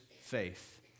faith